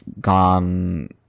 gone